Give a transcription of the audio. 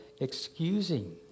excusing